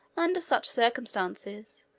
under such circumstances,